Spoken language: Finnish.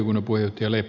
herra puhemies